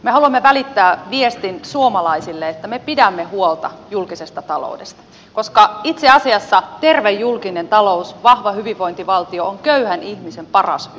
me haluamme välittää viestin suomalaisille että me pidämme huolta julkisesta taloudesta koska itse asiassa terve julkinen talous vahva hyvinvointivaltio on köyhän ihmisen paras ystävä